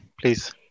please